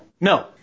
No